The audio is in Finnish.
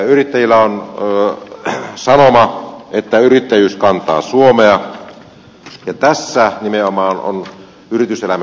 yrittäjillä on sanoma että yrittäjyys kantaa suomea ja tässä nimenomaan on yrityselämästä kysymys